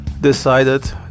decided